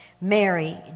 Mary